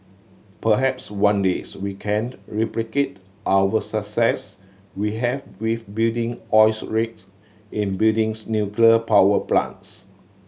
perhaps one days we can't replicate our success we have with building oils rigs in buildings nuclear power plants